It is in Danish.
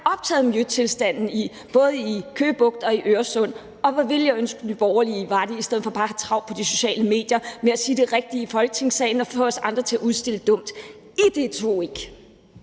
optaget af miljøtilstanden både i Køge Bugt og i Øresund – og hvor ville jeg ønske, at Nye Borgerlige også var det i stedet for bare at have travlt på de sociale medier og med at sige det rigtige i Folketingssalen og få os andre til at fremstå dumt. I deltog ikke!